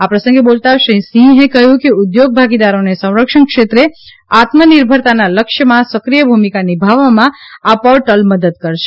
આ પ્રસંગે બોલતાં શ્રી સિંહે કહ્યું કે ઉદ્યોગ ભાગીદારોને સંરક્ષણ ક્ષેત્રે આત્મનિર્ભરતાના લક્ષ્યમાં સક્રિય ભૂમિકા નિભાવવામાં આ પોર્ટલ મદદ કરશે